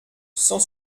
cent